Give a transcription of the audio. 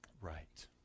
right